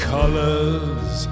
colors